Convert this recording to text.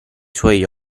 suoi